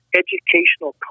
educational